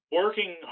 working